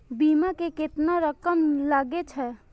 बीमा में केतना रकम लगे छै?